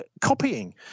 copying